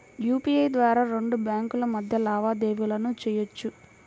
UPI ద్వారా రెండు బ్యేంకుల మధ్య లావాదేవీలను చెయ్యొచ్చు